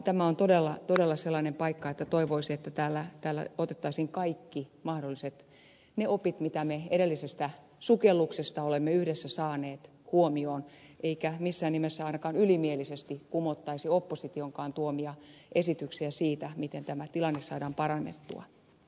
tämä on todella sellainen paikka että toivoisi että täällä otettaisiin kaikki ne mahdolliset opit joita edellisestä sukelluksesta olemme yhdessä saaneet huomioon eikä missään nimessä ainakaan ylimielisesti kumottaisi oppositionkaan tuomia esityksiä siitä miten tämä tilanne saadaan parannettua